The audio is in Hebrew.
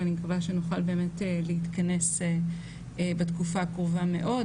ואני מקווה שנוכל להתכנס בתקופה הקרובה מאוד,